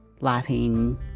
laughing